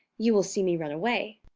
you will see me run away.